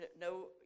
no